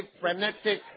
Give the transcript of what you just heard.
frenetic